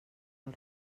pel